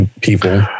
people